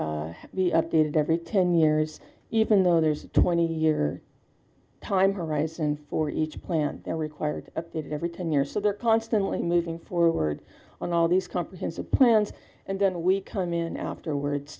plans be updated every ten years even though there's a twenty year time horizon for each plant they're required updated every ten years so they're constantly moving forward on all these comprehensive plans and then we come in afterwards